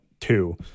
two